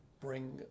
bring